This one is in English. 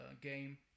game